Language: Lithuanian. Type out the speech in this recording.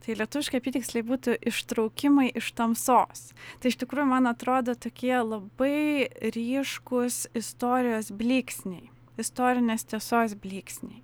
tai lietuviškai apytiksliai būtų ištraukimai iš tamsos tai iš tikrųjų man atrodo tokie labai ryškūs istorijos blyksniai istorinės tiesos blyksniai